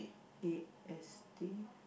A_S_T